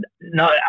No